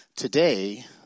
Today